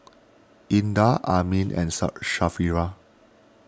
Indah Amrin and